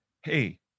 hey